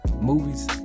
movies